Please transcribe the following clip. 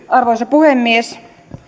arvoisa puhemies